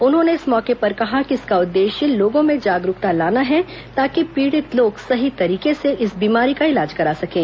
उन्होंने इस मौके पर कहा कि इसका उद्देश्य लोगों में जागरूकता लाना है ताकि पीड़ित लोग सही तरीके से इस बीमारी का इलाज करा सकें